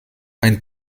ein